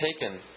taken